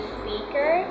speaker